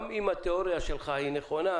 גם אם התאוריה שלך היא נכונה,